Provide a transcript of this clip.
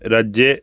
রাজ্যে